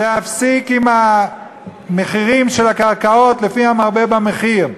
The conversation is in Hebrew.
להפסיק את קביעת מחירי הקרקעות לפי המרבה במחיר,